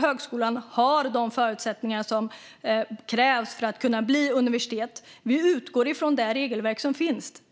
Högskolan har de förutsättningar som krävs för att bli universitet. Vi utgår från det regelverk som finns;